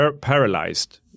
paralyzed